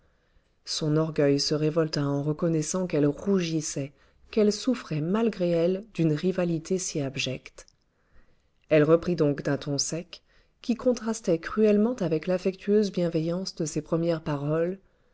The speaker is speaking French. son orgueil se révolta en reconnaissant qu'elle rougissait qu'elle souffrait malgré elle d'une rivalité si abjecte elle reprit donc d'un ton sec qui contrastait cruellement avec l'affectueuse bienveillance de ses premières paroles